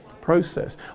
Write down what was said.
process